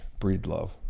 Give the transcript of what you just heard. breedlove